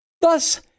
Thus